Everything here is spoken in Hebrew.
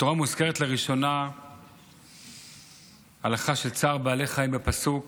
בתורה מוזכרת לראשונה הלכה של צער בעלי חיים בפסוק